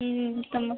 तर मग